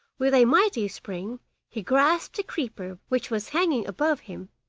with a mighty spring he grasped a creeper which was hanging above him,